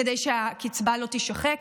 כדי שהקצבה לא תישחק.